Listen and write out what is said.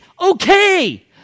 okay